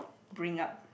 bring up